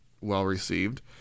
well-received